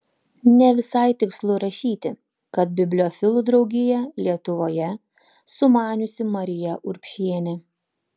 ne visai tikslu rašyti kad bibliofilų draugiją lietuvoje sumaniusi marija urbšienė